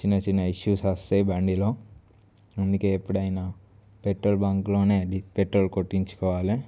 చిన్న చిన్న ఇష్యూస్ వస్తే బండిలో అందుకే ఎప్పుడైనా పెట్రోల్ బంక్లోనే పెట్రోల్ కొట్టించుకోవాలి